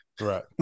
right